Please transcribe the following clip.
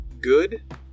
good